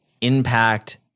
impact